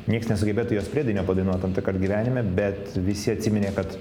niekas nesugebėtų jos priedainio padainuoti antrąkart gyvenime bet visi atsiminė kad